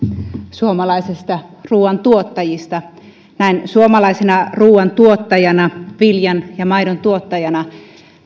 suomalaisista ruuantuottajista näin suomalaisena ruuantuottajana viljan ja maidontuottajana